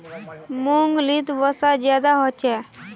मूंग्फलीत वसा ज्यादा होचे